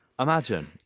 Imagine